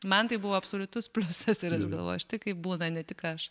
man tai buvo absoliutus pliusas ir galvoju štai kaip būna ne tik aš